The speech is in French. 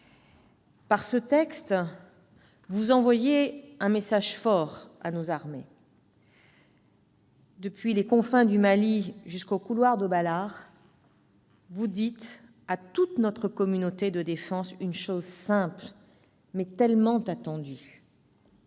Par ce texte, vous envoyez un message fort à nos armées. Depuis les confins du Mali jusqu'aux couloirs de Balard, vous dites à toute notre communauté de défense une chose simple, mais tellement attendue